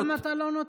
אז למה אתה לא נותן?